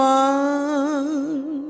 one